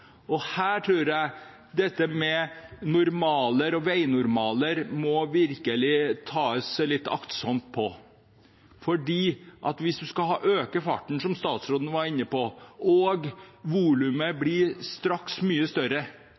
og riktig infrastruktur. Her tror jeg dette med normaler og veinormaler virkelig må tas litt aktsomt på. Hvis man skal øke farten, som statsråden var inne på, og volumet blir mye større,